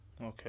Okay